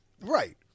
Right